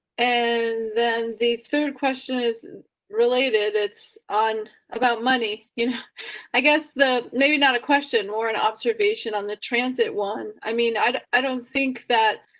and then the third question is related, it's on about money you know i guess the, maybe not a question or an observation on the transit. one. i mean, i, i don't think that.